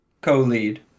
co-lead